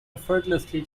effortlessly